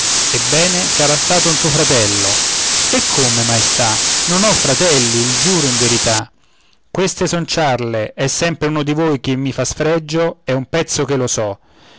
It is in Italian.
ebbene sarà stato un tuo fratello e come maestà non ho fratelli il giuro in verità queste son ciarle è sempre uno di voi che mi fa sfregio è un pezzo che lo so